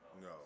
No